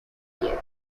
piedra